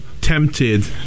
tempted